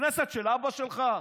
הכנסת של אבא שלך?